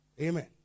Amen